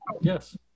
Yes